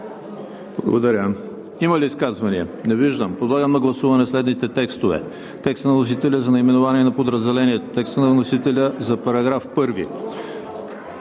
ХРИСТОВ: Има ли изказвания? Не виждам. Подлагам на гласуване следните текстове: текста на вносителя за наименование на подразделението; текста на вносителя за § 1;